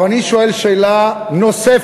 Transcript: אבל אני שואל שאלה נוספת.